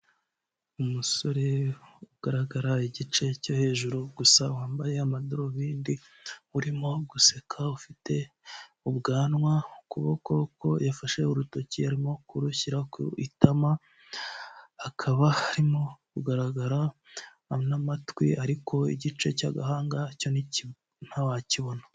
Umusore ugaragara igice cyo hejuru gusa wambaye amadarubindi, urimo guseka ufite ubwanwa ukuboko kwe yafashe urutoki arimo kurushyira ku itama akaba arimo kugaragara n'amatwi ariko igice cy'agahanga cyo ntawakibona.